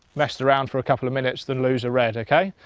messed around for a couple of minutes than lose a red. ok?